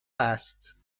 است